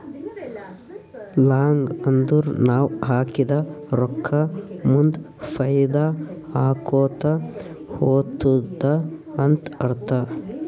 long ಅಂದುರ್ ನಾವ್ ಹಾಕಿದ ರೊಕ್ಕಾ ಮುಂದ್ ಫೈದಾ ಆಕೋತಾ ಹೊತ್ತುದ ಅಂತ್ ಅರ್ಥ